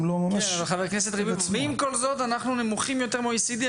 ועם כל זאת אנחנו נמוכים יותר מה-OECD,